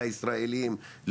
לישראלים,